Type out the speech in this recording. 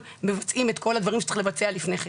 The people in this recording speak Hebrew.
מבצעים את כל הדברים שצריך לבצע לפני כן?